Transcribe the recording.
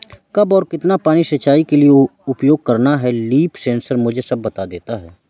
कब और कितना पानी सिंचाई के लिए उपयोग करना है लीफ सेंसर मुझे सब बता देता है